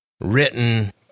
written